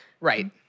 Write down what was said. right